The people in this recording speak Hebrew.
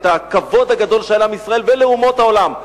את הכבוד הגדול שהיה לעם ישראל ולאומות העולם.